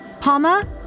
Palma